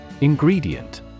Ingredient